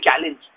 challenge